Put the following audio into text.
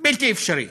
בלתי אפשרי.